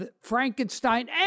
Frankenstein